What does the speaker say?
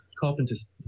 Carpenter's